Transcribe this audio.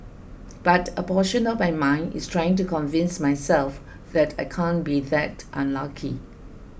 but a portion of my mind is trying to convince myself that I can't be that unlucky